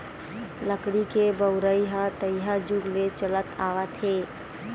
लकड़ी के बउरइ ह तइहा जुग ले चलत आवत हे